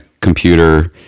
computer